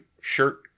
shirt